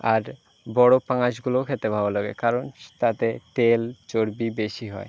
আর বড় পাঙ্গাশগুলোও খেতে ভালো লাগে কারণ তাতে তেল চর্বি বেশি হয়